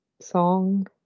song